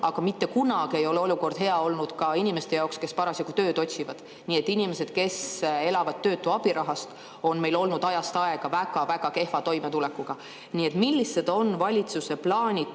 aga mitte kunagi ei ole olukord hea olnud ka inimeste jaoks, kes parasjagu tööd otsivad. Inimesed, kes elavad töötu abirahast, on meil ajast aega väga kehvasti toime tulnud. Millised on valitsuse plaanid